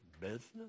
business